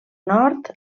nord